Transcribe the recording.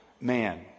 man